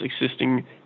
existing